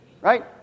Right